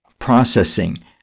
processing